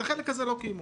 את החלק הזה לא קיימו.